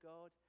God